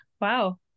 wow